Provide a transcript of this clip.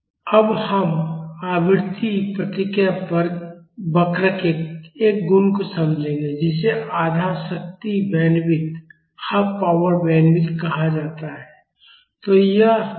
अब हम आवृत्ति प्रतिक्रिया वक्र के एक गुण को समझेंगे जिसे आधा शक्ति बैंडविड्थ कहा जाता है